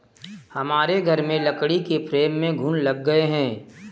हमारे घर में लकड़ी के फ्रेम में घुन लग गए हैं